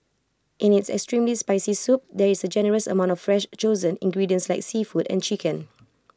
in its extremely spicy soup there is A generous amount of fresh chosen ingredients like seafood and chicken